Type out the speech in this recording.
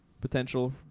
potential